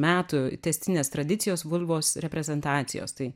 metų tęstinės tradicijos vulvos reprezentacijos tai